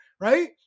right